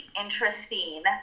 interesting